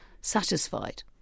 satisfied